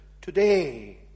Today